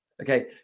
Okay